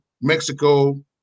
Mexico